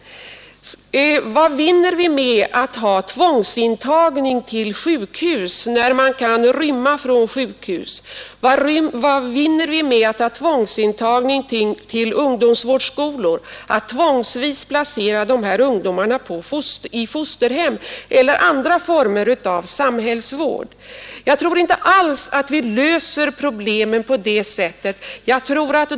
Vad vinner vi med att ha tvångsintagning till sjukhus, när man kan rymma från sjukhus? Vad vinner vi med att ha tvångsintagning till ungdomsvårdsskolor, att tvångsvis placera de här ungdomarna i fosterhem eller andra former av samhällsvård? Jag tror inte alls att vi löser problemen på det sättet.